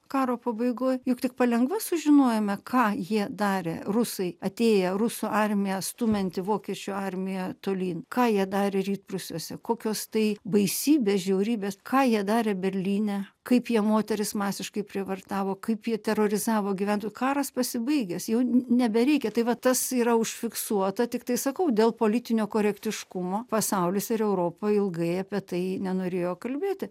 karo pabaigoj juk tik palengva sužinojome ką jie darė rusai atėję rusų armiją stumianti vokiečių armija tolyn ką jie darė rytprūsiuose kokios tai baisybė žiaurybės ką jie darė berlyne kaip jie moteris masiškai prievartavo kaip jie terorizavo gyventojų karas pasibaigęs jau nebereikia tai va tas yra užfiksuota tiktai sakau dėl politinio korektiškumo pasaulis ir europa ilgai apie tai nenorėjo kalbėti